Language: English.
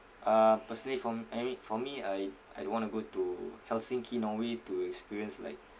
uh personally for m~ I mean for me I I do want to go to helsinki norway to experience like